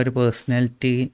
personality